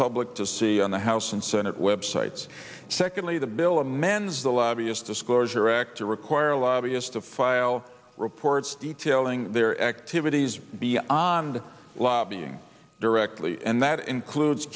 public to see on the house and senate websites secondly the bill a man's the lobbyists disclosure act to require lobbyist to file reports detailing their activities beyond lobbying directly and that includes